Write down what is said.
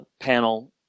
panel